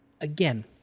again